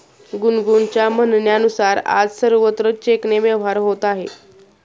गुनगुनच्या म्हणण्यानुसार, आज सर्वत्र चेकने व्यवहार होत आहे